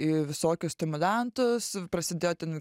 į visokius stimuliantus prasidėjo ten